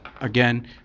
again